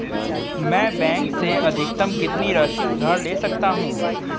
मैं बैंक से अधिकतम कितनी राशि उधार ले सकता हूँ?